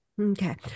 Okay